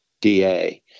DA